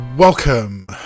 Welcome